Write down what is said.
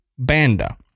Banda